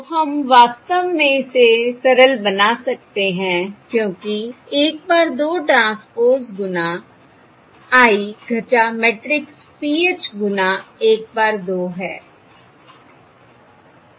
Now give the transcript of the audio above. तो हम वास्तव में इसे सरल बना सकते हैं क्योंकि 1 bar 2 ट्रांसपोज़ गुना I मैट्रिक्स PH गुणा 1 bar 2 है